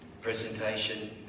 presentation